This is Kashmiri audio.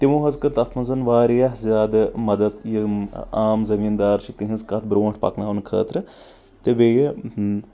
تِمو حظ کٔر تتھ منٛز واریاہ زیادٕ مدد یِم عام زٔمیٖندار چھِ تِہٕنٛز کتھ برٛونٛٹھ پکناونہٕ خٲطرٕ تہٕ بیٚیہِ